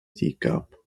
teacup